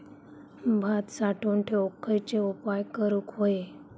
भात साठवून ठेवूक खयचे उपाय करूक व्हये?